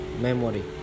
memory